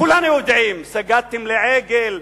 כולנו יודעים: סגדתם לעגל,